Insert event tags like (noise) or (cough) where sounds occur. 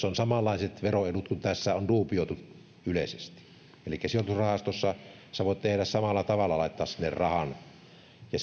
(unintelligible) on samanlaiset veroedut kuin on duubioitu yleisesti elikkä sijoitusrahastossa sinä voit tehdä samalla tavalla laittaa sinne rahan ja (unintelligible)